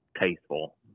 tasteful